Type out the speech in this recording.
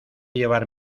llevar